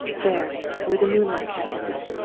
there where the moonlight catches it.